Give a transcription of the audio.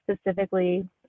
specifically